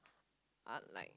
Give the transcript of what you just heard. are like